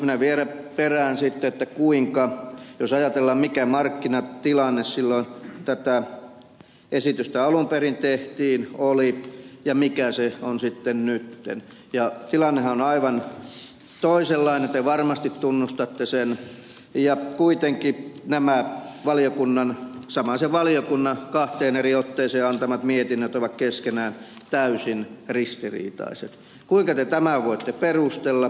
minä vielä perään sitten että kuinka jos ajatellaan mikä markkinatilanne silloin tätä esitystä alun perin tehtäessä oli ja mikä se on sitten nyt tilannehan on aivan toisenlainen te varmasti tunnustatte sen ja kuitenkin nämä samaisen valiokunnan kahteen eri otteeseen antamat mietinnöt ovat keskenään täysin ristiriitaiset kuinka te tämän voitte perustella